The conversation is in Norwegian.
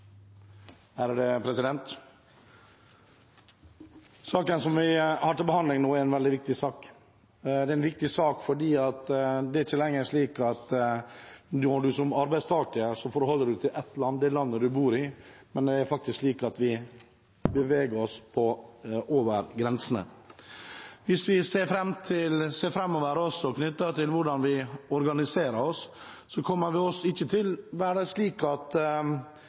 en veldig viktig sak. Det er en viktig sak fordi det ikke lenger er slik at en som arbeidstaker forholder seg til ett land – det landet en bor i. Det er faktisk slik at vi beveger oss over grensene. Hvis vi ser framover, på hvordan vi organiserer oss, kommer det ikke til å være slik at